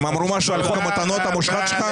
הם אמרו משהו על חוק המתנות המושחת שלך?